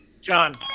John